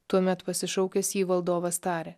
tuomet pasišaukęs jį valdovas tarė